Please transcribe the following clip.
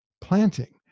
planting